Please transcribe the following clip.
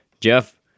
Jeff